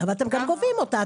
אבל אתם גם גובים אותה.